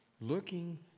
looking